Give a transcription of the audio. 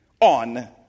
on